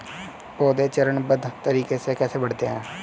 पौधे चरणबद्ध तरीके से कैसे बढ़ते हैं?